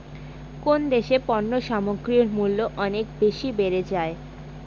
কোন দেশে পণ্য সামগ্রীর মূল্য অনেক বেশি বেড়ে যায়?